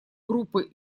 группы